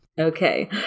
okay